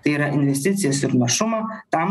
tai yra investicijas ir našumą tam